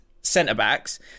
centre-backs